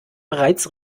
bereits